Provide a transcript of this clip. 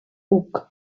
hug